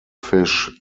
fish